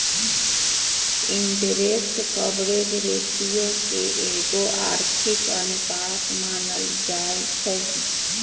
interest coverage ratio के एगो आर्थिक अनुपात मानल जाइ छइ